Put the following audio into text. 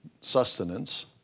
sustenance